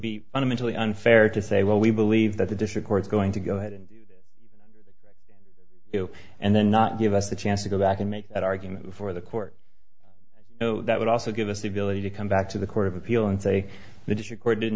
be fundamentally unfair to say well we believe that the dish records going to go ahead and and then not give us a chance to go back and make that argument before the court no that would also give us the ability to come back to the court of appeal and say the district court didn't